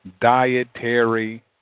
dietary